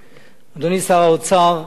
אדוני שר האוצר, חברי הכנסת,